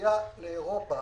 שמגיעה לאירופה